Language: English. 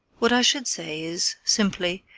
what i should say is, simply,